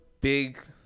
big